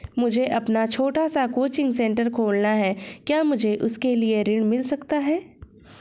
मुझे अपना छोटा सा कोचिंग सेंटर खोलना है क्या मुझे उसके लिए ऋण मिल सकता है?